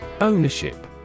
Ownership